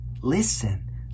Listen